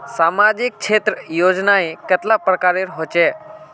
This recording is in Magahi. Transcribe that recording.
सामाजिक क्षेत्र योजनाएँ कतेला प्रकारेर होचे?